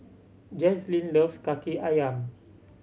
Jazlynn loves Kaki Ayam